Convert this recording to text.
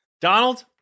Donald